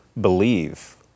believe